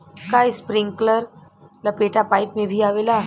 का इस्प्रिंकलर लपेटा पाइप में भी आवेला?